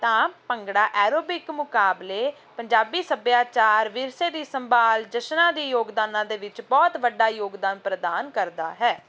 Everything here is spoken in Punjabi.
ਤਾਂ ਭੰਗੜਾ ਐਰੋਬਿਕ ਮੁਕਾਬਲੇ ਪੰਜਾਬੀ ਸੱਭਿਆਚਾਰ ਵਿਰਸੇ ਦੀ ਸੰਭਾਲ ਜਸ਼ਨਾਂ ਦੇ ਯੋਗਦਾਨਾਂ ਦੇ ਵਿੱਚ ਬਹੁਤ ਵੱਡਾ ਯੋਗਦਾਨ ਪ੍ਰਦਾਨ ਕਰਦਾ ਹੈ